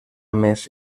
més